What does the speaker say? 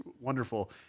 wonderful